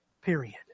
Period